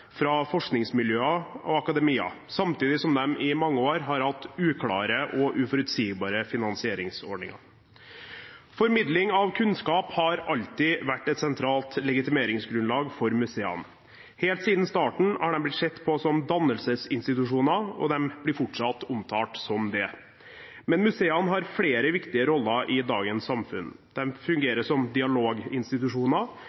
fra forskningsmiljøer og akademia, samtidig som de i mange år har hatt uklare og uforutsigbare finansieringsordninger. Formidling av kunnskap har alltid vært et sentralt legitimeringsgrunnlag for museene. Helt siden starten har de blitt sett på som dannelsesinstitusjoner, og de blir fortsatt omtalt som det. Men museene har flere viktige roller i dagens samfunn. De fungerer som dialoginstitusjoner